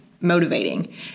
motivating